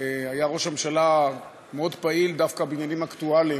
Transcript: היה ראש הממשלה מאוד פעיל דווקא בעניינים אקטואליים,